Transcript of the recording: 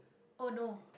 oh no